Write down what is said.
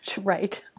Right